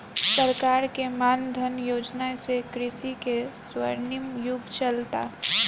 सरकार के मान धन योजना से कृषि के स्वर्णिम युग चलता